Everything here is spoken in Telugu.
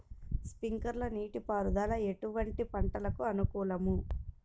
స్ప్రింక్లర్ నీటిపారుదల ఎటువంటి పంటలకు అనుకూలము?